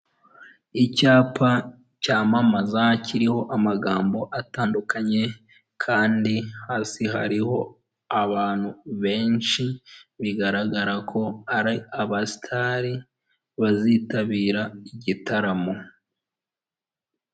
Icyapa cyamamaza kiriho amagambo atandukanye, kandi hasi hariho abantu benshi; bigaragara ko ari abasitari bazitabira igitaramo.